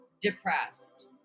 depressed